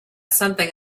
something